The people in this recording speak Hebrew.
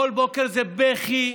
כל בוקר זה בכי,